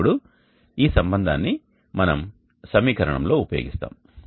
ఇప్పుడు ఈ సంబంధాన్ని మనం సమీకరణంలో ఉపయోగిస్తాము